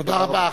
תודה רבה.